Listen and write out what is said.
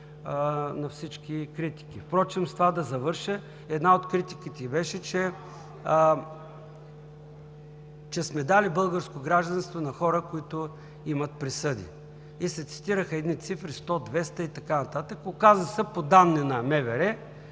на всички критики. Впрочем с това да завърша: една от критиките беше, че сме дали българско гражданство на хора, които имат присъди. Цитираха се едни цифри – 100, 200 и така нататък. Оказа се, по данни на МВР